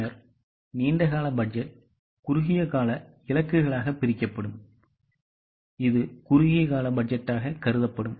பின்னர் நீண்ட கால பட்ஜெட் குறுகிய கால இலக்குகளாக பிரிக்கப்படும் இது குறுகிய கால பட்ஜெட்டாக கருதப்படும்